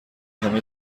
همه